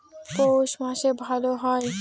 পৌষ মাসে ভালো হয়?